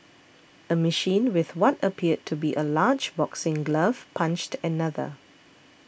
a machine with what appeared to be a large boxing glove punched another